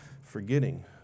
forgetting